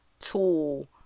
tool